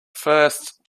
first